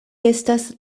estas